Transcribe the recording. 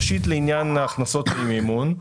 לעניין הכנסות ממימון.